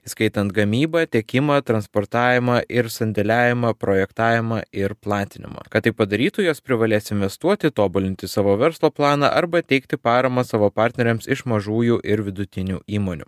įskaitant gamybą tiekimą transportavimą ir sandėliavimą projektavimą ir platinimą kad taip padarytų jos privalės investuoti tobulinti savo verslo planą arba teikti paramą savo partneriams iš mažųjų ir vidutinių įmonių